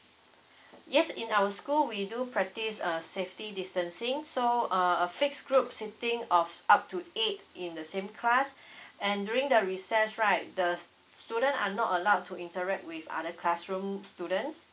yes in our school we do practice a safety distancing so err a fix group seating of up to eight in the same class and during the recess right the student are not allowed to interact with other classroom students